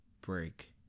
break